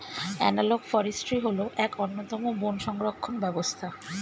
analogue forestry হল এক অন্যতম বন সংরক্ষণ ব্যবস্থা